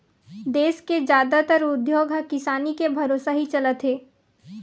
देस के जादातर उद्योग ह किसानी के भरोसा ही चलत हे